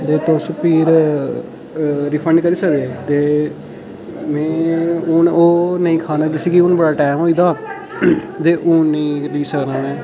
ते तुस फिर रीफंड करी सकदे ते हून में ओह् नेईं खाना जिसी कि हून बड़ा टैम होई दा ते हून निं पी सकना में